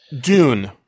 Dune